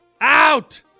Out